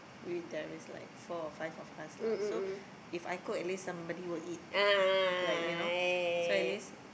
if there is like four or five of us lah so If I cook at least somebody will eat like you know so at least